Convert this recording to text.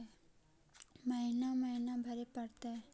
महिना महिना भरे परतैय?